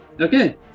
Okay